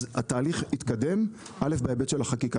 אז התהליך התקדם א' בהיבט של החקיקה.